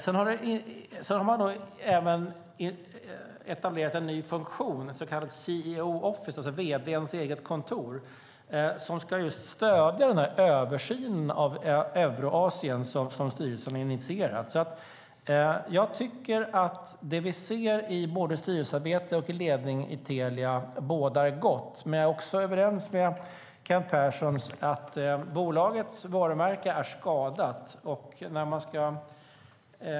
Man har även etablerat en ny funktion - ett så kallat CEO-office, det vill säga vd:s eget kontor - som ska stödja den översyn av Eurasien som styrelsen har initierat. Jag tycker att det vi ser i både styrelsearbete och ledning i Telia bådar gott. Men jag är också överens med Kent Persson om att bolagets varumärke är skadat.